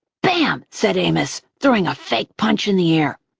bam! said amos, throwing a fake punch in the air.